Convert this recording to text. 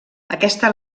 aquesta